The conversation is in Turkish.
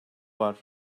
var